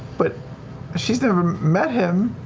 but she's never met him,